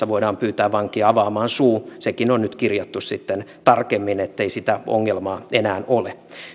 voidaan pyytää vankia avaamaan suu sekin on nyt kirjattu sitten tarkemmin ettei sitä ongelmaa enää ole